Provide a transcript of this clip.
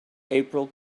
april